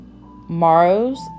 morrows